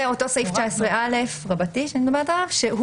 זה אותו סעיף 19א רבתי שאני מדברת עליו.